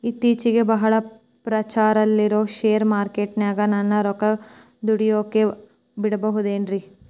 ಇತ್ತೇಚಿಗೆ ಬಹಳ ಪ್ರಚಾರದಲ್ಲಿರೋ ಶೇರ್ ಮಾರ್ಕೇಟಿನಾಗ ನನ್ನ ರೊಕ್ಕ ದುಡಿಯೋಕೆ ಬಿಡುಬಹುದೇನ್ರಿ?